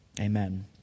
amen